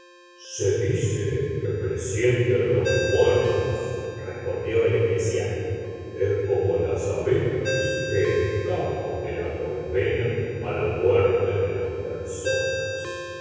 se dice que presienten los muertos respondió el eclesiástico es como las abejas que escapan de la colmena á la muerte de las personas